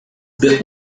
the